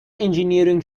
engineering